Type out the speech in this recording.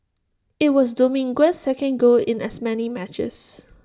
IT was Dominguez's second goal in as many matches